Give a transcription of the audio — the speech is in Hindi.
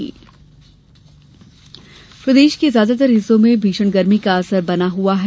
मौसम प्रदेश के ज्यादातर हिस्सो में भीषण गर्मी का असर है